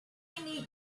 need